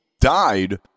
died